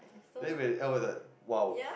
then when L_O_L its like !wow!